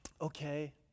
okay